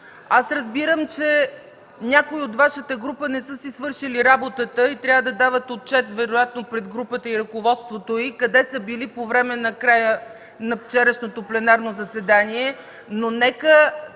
Аз разбирам, че някои от Вашата група не са си свършили работата и трябва да дават отчет вероятно пред групата и ръководството й къде са били в края на вчерашното пленарно заседание, но нека